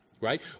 right